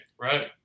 right